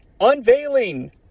Unveiling